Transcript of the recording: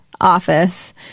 Office